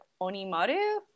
Onimaru